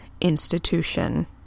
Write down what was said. institution